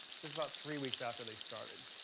this was about three weeks after they started.